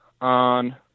on